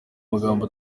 magambo